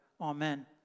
Amen